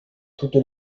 toutes